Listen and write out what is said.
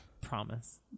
Promise